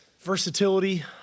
versatility